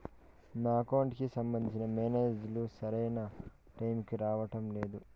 నా అకౌంట్ కి సంబంధించిన మెసేజ్ లు సరైన టైముకి రావడం లేదు